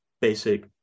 basic